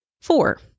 Four